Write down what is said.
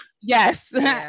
yes